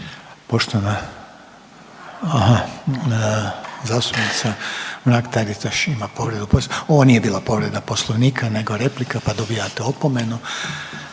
Poštovana zastupnica Mrak Taritaš ima povredu, ovo nije bila povreda poslovnika nego replika pa dobijate opomenu,